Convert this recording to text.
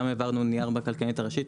העברנו לוועדה גם נייר מהכלכלנית הראשית,